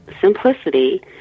Simplicity